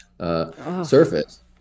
surface